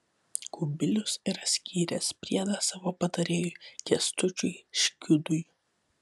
kubilius yra skyręs priedą savo patarėjui kęstučiui škiudui